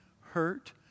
hurt